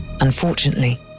Unfortunately